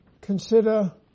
consider